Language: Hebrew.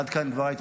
עד כאן דבריי.